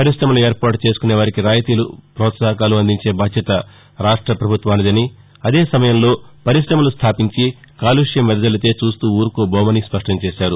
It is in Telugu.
పరిశమలు ఏర్పాటు చేసుకొనేవారికి రాయితీలు ప్రోత్సాహకాలు అందించే బాధ్యత రాష్ట ప్రభుత్వానిదని అదేసమయంలో పరిశమలు స్టాపించి కాలుష్యం వెదజల్లితే చూస్తూ ఊరుకోబోమని స్పష్టంచేశారు